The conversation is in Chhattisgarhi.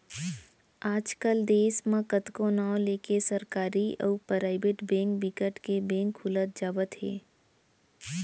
आज कल देस म कतको नांव लेके सरकारी अउ पराइबेट बेंक बिकट के बेंक खुलत जावत हे